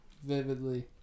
vividly